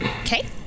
Okay